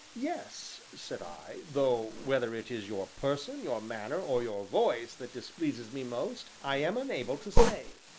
yes, said i, though whether it is your person, your manner, or your voice that displeases me most, i am unable to say.